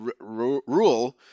rule